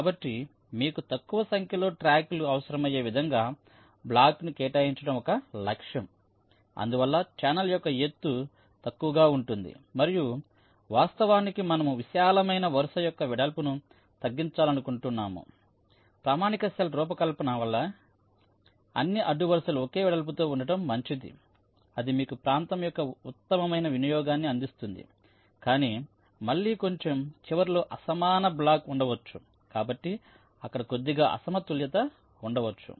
కాబట్టి మీకు తక్కువ సంఖ్యలో ట్రాక్లు అవసరమయ్యే విధంగా బ్లాక్ను కేటాయించడం ఒక లక్ష్యం అందువల్ల ఛానెల్ యొక్క ఎత్తు తక్కువగా ఉంటుంది మరియు వాస్తవానికి మనము విశాలమైన వరుస యొక్క వెడల్పును తగ్గించాలనుకుంటున్నాము ప్రామాణిక సెల్ రూపకల్పన వలె అన్ని అడ్డు వరుసలు ఒకే వెడల్పుతో ఉండటం మంచిది అది మీకు ప్రాంతం యొక్క ఉత్తమమైన వినియోగాన్ని అందిస్తుంది కానీ మళ్ళీ కొంచెం చివరిలో అసమాన బ్లాక్స్ ఉండవచ్చు కాబట్టి అక్కడ కొద్దిగా అసమతుల్యత ఉండవచ్చు